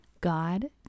God